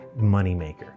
moneymaker